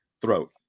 throat